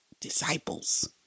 disciples